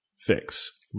fix